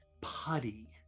putty